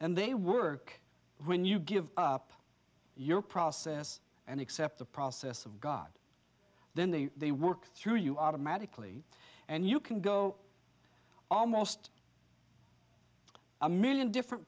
and they work when you give up your process and accept the process of god then they they work through you automatically and you can go almost a million different